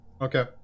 Okay